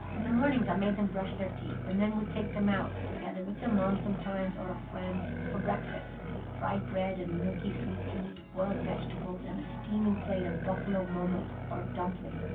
in the mornings, i made them brush their teeth and then would take them out together with their mom sometimes, or a friend for breakfast fried bread and milky sweet tea, boiled vegetables and a steaming plate of buffalo momos, or dumplings,